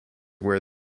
where